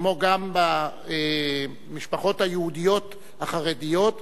כמו גם במשפחות היהודיות החרדיות,